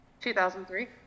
2003